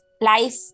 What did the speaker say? life